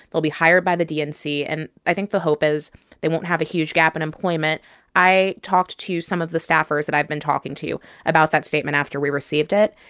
they'll be hired by the dnc. and i think the hope is they won't have a huge gap in employment i talked to some of the staffers that i've been talking to about that statement after we received it.